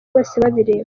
bosebabireba